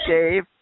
Dave